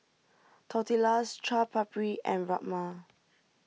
Tortillas Chaat Papri and Rajma